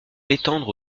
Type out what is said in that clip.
l’étendre